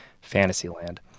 Fantasyland